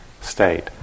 state